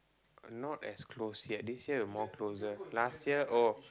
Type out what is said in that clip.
not as close yet this year we more closer last year oh